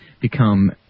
become